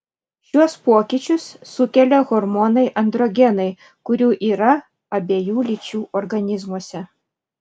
šiuos pokyčius sukelia hormonai androgenai kurių yra abiejų lyčių organizmuose